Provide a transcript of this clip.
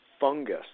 fungus